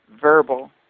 verbal